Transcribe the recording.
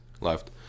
left